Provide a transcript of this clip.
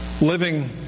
Living